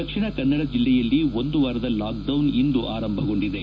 ದಕ್ಷಿಣ ಕನ್ನಡ ಜಿಲ್ಲೆಯಲ್ಲಿ ಒಂದು ವಾರದ ಲಾಕೆಡೌನ್ ಇಂದು ಆರಂಭಗೊಂಡಿದೆ